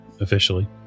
officially